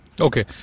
Okay